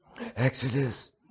Exodus